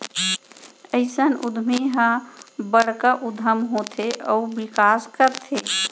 अइसन उद्यमी ह बड़का उद्यम होथे अउ बिकास करथे